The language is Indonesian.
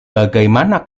bagaimana